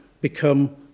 become